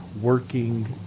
working